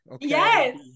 yes